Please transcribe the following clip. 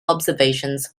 observations